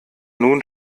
nun